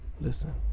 listen